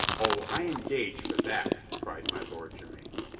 oh, i engage for that! cried my lord jermyn.